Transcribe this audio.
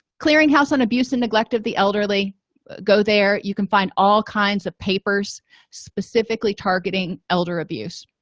clearinghouse on abuse and neglect of the elderly go there you can find all kinds of papers specifically targeting elder abuse